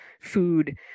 food